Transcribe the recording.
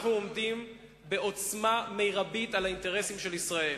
אנחנו עומדים בעוצמה מרבית על האינטרסים של ישראל,